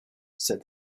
said